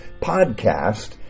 podcast